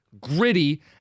gritty